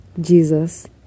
Jesus